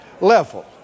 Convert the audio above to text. level